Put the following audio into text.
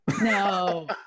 No